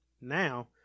Now